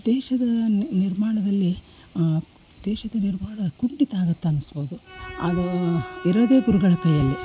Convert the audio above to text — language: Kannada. ದೇಶದ ನಿರ್ಮಾಣದಲ್ಲಿ ದೇಶದ ನಿರ್ಮಾಣ ಕುಂಠಿತ ಆಗತ್ತೆ ಅನ್ಸ್ಬೋದು ಅದು ಇರೋದೇ ಗುರುಗಳ ಕೈಯಲ್ಲಿ